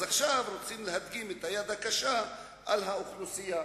אז עכשיו רוצים להדגים את היד הקשה על האוכלוסייה,